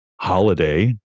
holiday